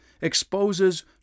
exposes